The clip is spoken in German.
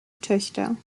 töchter